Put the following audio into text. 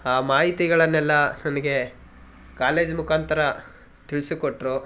ಆ ಮಾಹಿತಿಗಳನ್ನೆಲ್ಲ ನನಗೆ ಕಾಲೇಜ್ ಮುಖಾಂತರ ತಿಳಿಸಿಕೊಟ್ಟರು